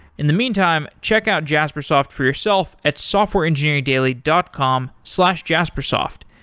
in the meantime, check out jaspersoft for yourself at softwareengineeringdaily dot com slash jaspersoft.